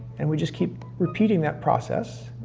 and we just keep repeating that process,